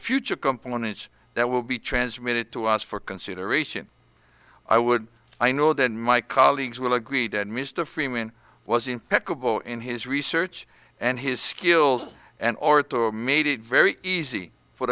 future components that will be transmitted to us for consideration i would i know that my colleagues will agreed and mr freeman was impeccable in his research and his skills and oratory made it very easy for